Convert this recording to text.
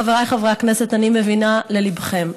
חבריי חברי הכנסת, אני מבינה לליבכם.